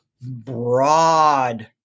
broad